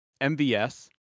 MVS